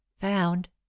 Found